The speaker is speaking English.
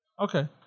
Okay